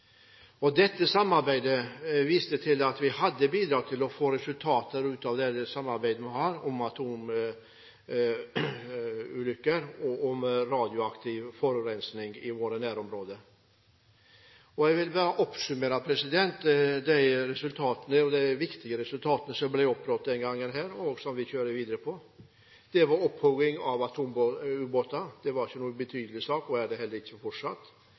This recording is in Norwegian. Dette samarbeidet viste at vi hadde bidratt til å få redusert atomulykker og radioaktiv forurensning i våre nærområder. Jeg vil oppsummere de viktige resultatene som ble oppnådd den gangen, og som vi arbeider videre med: opphugging av atomubåter – ikke noen ubetydelig sak og er det fortsatt ikke brukt kjernebrensel under myndighetskontroll – også en stor sak fjerning av 180 fyrlykter drevet med radioaktiv kilde, nå drevet med solenergi Dette er